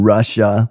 Russia